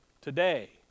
today